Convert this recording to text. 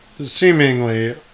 seemingly